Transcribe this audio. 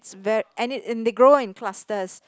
it's very and it and they grow in clusters